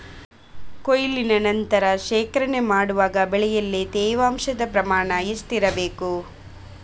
ಕೊಯ್ಲಿನ ನಂತರ ಶೇಖರಣೆ ಮಾಡುವಾಗ ಬೆಳೆಯಲ್ಲಿ ತೇವಾಂಶದ ಪ್ರಮಾಣ ಎಷ್ಟು ಇರಬೇಕು?